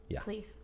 Please